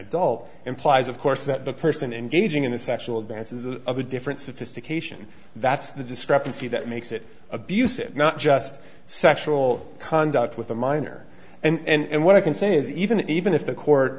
adult implies of course that the person engaging in the sexual advances of a different sophistication that's the discrepancy that makes it abusive not just sexual conduct with a minor and what i can say is even if even if the court